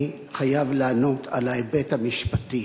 אני חייב לענות על ההיבט המשפטי.